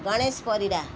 Ganesh Parida